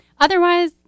Otherwise